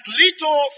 little